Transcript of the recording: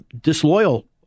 disloyal